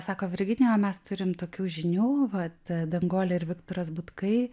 sako virginija o mes turim tokių žinių vat danguolė ir viktoras butkai